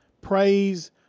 praise